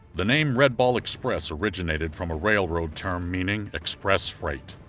the name red ball express originated from a railroad term meaning express freight.